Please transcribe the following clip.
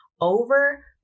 over